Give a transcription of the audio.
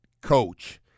coach